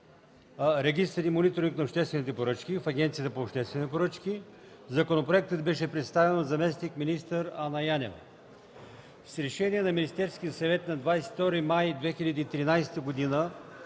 „Регистър и мониторинг на обществените поръчки“ в Агенцията по обществени поръчки. Законопроектът беше представен от заместник-министър Анна Янева. С решение на Министерския съвет на 22 май 2013 г.